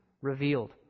revealed